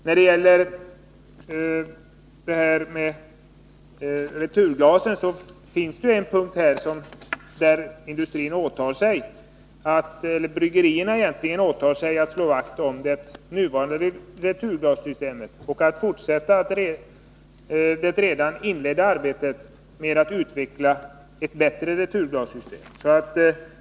När det gäller returglasen finns det en punkt där bryggerierna åtar sig att slå vakt om det nuvarande returglassystemet och att fortsätta det redan påbörjade arbetet med att utveckla ett bättre returglassystem.